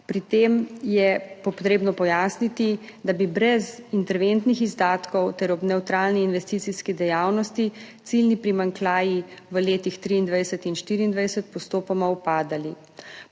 Pri tem je potrebno pojasniti, da bi brez interventnih izdatkov ter ob nevtralni investicijski dejavnosti ciljni primanjkljaji v letih 2023 in 2024 postopoma upadali.